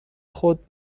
خود